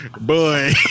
Boy